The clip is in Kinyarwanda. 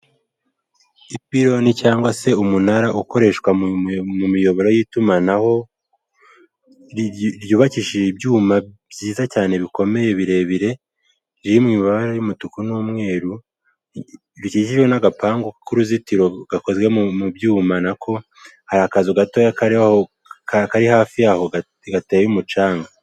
Ipironi cyangwa se umunara ukoreshwa mu miyoboro y'itumanaho ryubakishije ibyuma byiza cyane bikomeye birebire riri mu mabara y'umutuku n'umweru, bikikijwe n'agapangu k'uruzitiro gakozwe mu byuma nako, hari akazu gato kari hafi yaho gateye umucanga.